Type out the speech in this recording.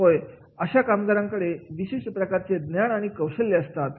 होय अशा कामगारांकडे विशिष्ट प्रकारचे ज्ञान आणि कौशल्य असतात